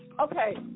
Okay